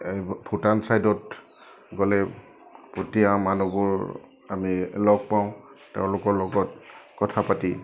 এই ভূটান ছাইডত গ'লে পতিয়া মানুহবোৰ আমি লগ পাওঁ তেওঁলোকৰ লগত কথা পাতি